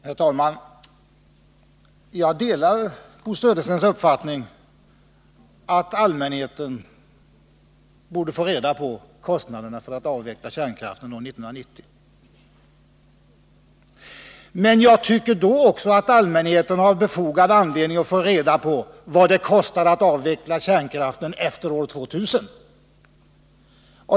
Herr talman! Jag delar Bo Söderstens uppfattning att allmänheten borde få reda på kostnaderna för att avveckla kärnkraften år 1990. Men jag tycker då också att allmänheten har befogad anledning att få reda på vad det kostar att avveckla kärnkraften efter år 2000.